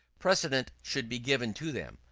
precedence should be given to them.